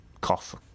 cough